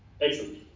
Excellent